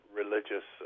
religious